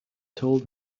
told